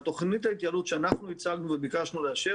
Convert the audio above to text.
בתוכנית ההתייעלות שאנחנו הצגנו וביקשנו לאשר.